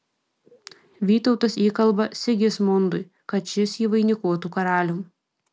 vytautas įkalba sigismundui kad šis jį vainikuotų karalium